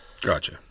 Gotcha